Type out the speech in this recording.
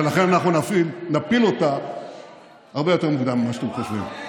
ולכן אנחנו נפיל אותה הרבה יותר מוקדם ממה שאתם חושבים.